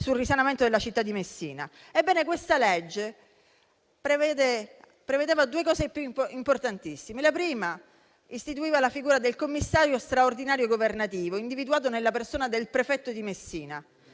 sul risanamento della città di Messina. Ebbene, questa legge prevede due cose importantissime: innanzitutto, istituisce la figura del commissario straordinario governativo, individuato nella persona del prefetto di Messina,